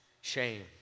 Shamed